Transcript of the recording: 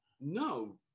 No